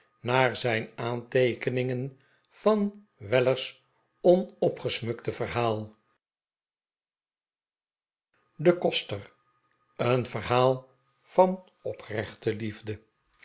naar zijn aanteekeningen van weller's onppgesmukte verhaal d e koster een verhaal van oprechte liefde